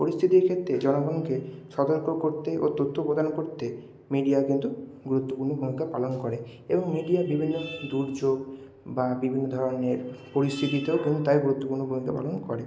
পরিস্থিতির ক্ষেত্রে জনগণকে সতর্ক করতে ও তথ্য প্রদান করতে মিডিয়া কিন্তু গুরুত্বপূর্ণ ভূমিকা পালন করে এবং মিডিয়া বিভিন্ন দুর্যোগ বা বিভিন্ন ধরনের পরিস্থিতিকেও কিন্তু তাই গুরুত্বপূর্ণ ভূমিকা পালন করে